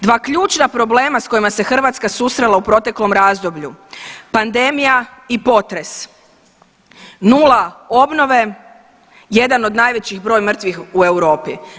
Dva ključna problema s kojima se Hrvatska susrela u proteklom razdoblju, pandemija i potres, 0 obnove, jedan od najveći broj mrtvih u Europi.